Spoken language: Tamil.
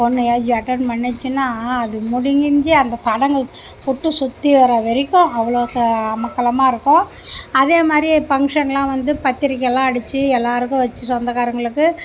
பொண்ணு ஏஜி அட்டன் பண்ணுச்சுனா அது முடிஞ்சு அந்த சடங்கு புட்டு சுற்றி வரவரைக்கும் அவ்வளோ அமர்க்களமா இருக்கும் அதே மாதிரி ஃபங்க்ஷனெலாம் வந்து பத்திரிக்கைலாம் அடிச்சு எல்லாேருக்கும் வச்சு சொந்தக்காரர்களுக்கு